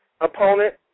opponent